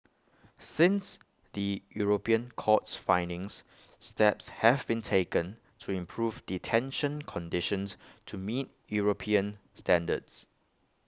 since the european court's findings steps have been taken to improve detention conditions to meet european standards